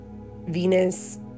Venus